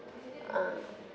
uh